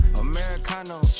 Americano